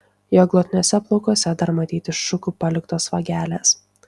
jo glotniuose plaukuose dar matyti šukų paliktos vagelės